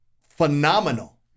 phenomenal